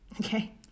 Okay